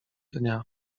dnia